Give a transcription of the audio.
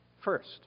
First